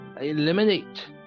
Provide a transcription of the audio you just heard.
Eliminate